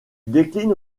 décline